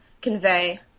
convey